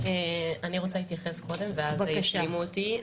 אני רוצה להתייחס קודם ואז ישלימו אותי.